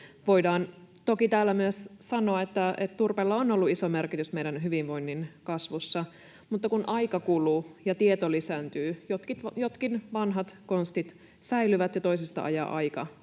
Voidaan toki täällä myös sanoa, että turpeella on ollut iso merkitys meidän hyvinvointimme kasvussa, [Petri Huru: On edelleenkin!] mutta kun aika kuluu ja tieto lisääntyy, jotkin vanhat konstit säilyvät ja toisista ajaa aika